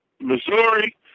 Missouri